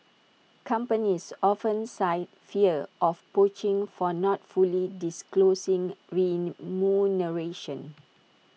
companies often cite fear of poaching for not fully disclosing remuneration